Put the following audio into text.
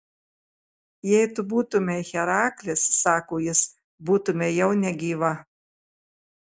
jei tu būtumei heraklis sako jis būtumei jau negyva